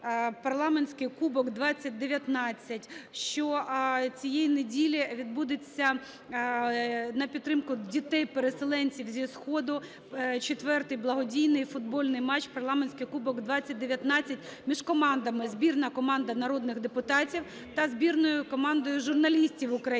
"Парламентський кубок-2019", що цієї неділі відбудеться на підтримку дітей переселенців зі сходу четвертий благодійний футбольний матч "Парламентський кубок-2019" між командами: збірна команда народних депутатів та збірною командою журналістів України.